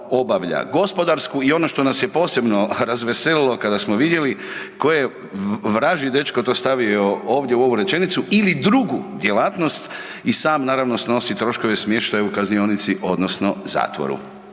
gospodarsku, i ono što nas je posebno razveselilo kada smo vidjeli, koji je vražji dečko to stavio ovdje u ovu rečenicu, ili drugu djelatnost i sam naravno snosi troškove smještaja u kaznionici odnosno zatvoru.